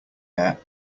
air